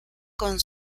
con